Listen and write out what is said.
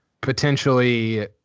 potentially